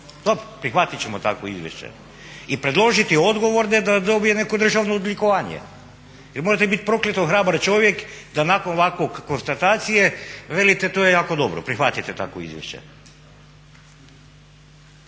prihvatit ćemo takvo izvješće i predložiti odgovorne da dobije neko državno odlikovanje jer morate prokleto hrabar čovjek da nakon ovakve konstatacije velite to je jako dobro, prihvatite takvo izvješće.